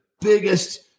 biggest